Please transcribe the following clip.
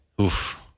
Oof